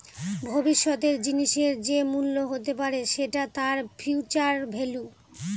ভবিষ্যতের জিনিসের যে মূল্য হতে পারে সেটা তার ফিউচার ভেল্যু